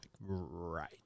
right